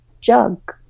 jug